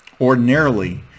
Ordinarily